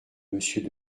monsieur